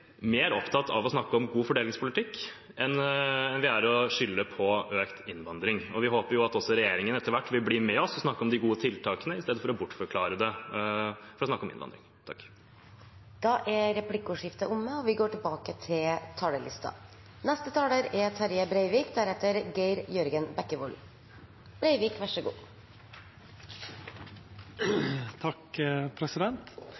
mer opptatt av å snakke om god fordelingspolitikk enn vi er av å skylde på økt innvandring. Og vi håper at også regjeringen etter hvert vil bli med oss og snakke om de gode tiltakene, i stedet for å bortforklare det ved å snakke om innvandring. Replikkordskiftet er omme. Familiebudsjettet, som i dag får fleirtal, aukar, som saksordføraren sa i si innleiing, tilskotsordninga mot barnefattigdom til